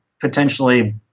potentially